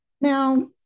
Now